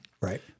Right